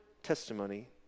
testimony